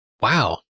wow